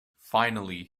finally